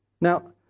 now